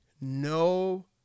No